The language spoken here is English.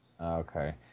okay